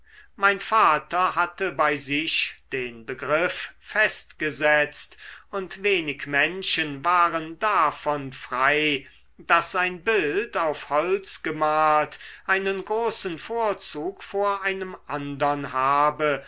mein vater hatte bei sich den begriff festgesetzt und wenig menschen waren davon frei daß ein bild auf holz gemalt einen großen vorzug vor einem andern habe